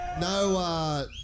no